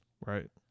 right